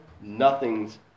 Nothing's